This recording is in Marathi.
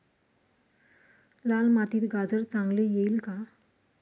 लाल मातीत गाजर चांगले येईल का?